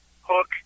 hook